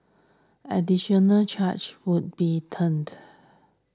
additional charges would be